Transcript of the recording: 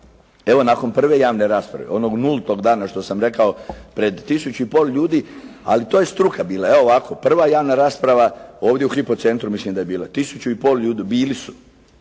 Evo nakon prve javne rasprave, onog nultog dana što sam rekao, pred 1500 ljudi, ali to je struka bila. Evo ovako, prva javna rasprava, ovdje u HYPO centru mislim da je bilo 1500 ljudi, bili su